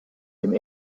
dem